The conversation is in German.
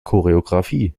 choreografie